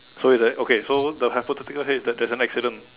so it's like okay so the hypothetically here is that there is an accident